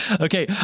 Okay